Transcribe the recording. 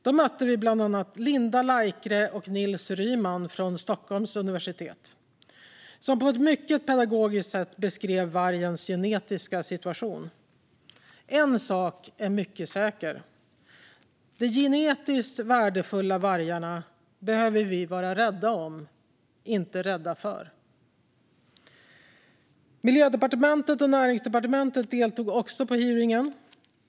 Då mötte vi bland andra Linda Laikre och Nils Ryman från Stockholms universitet som på ett mycket pedagogiskt sätt beskrev vargens genetiska situation. En sak är mycket säker - de genetiskt värdefulla vargarna behöver vi vara rädda om, inte rädda för. Miljödepartementet och Näringsdepartementet deltog också på hearingen.